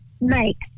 make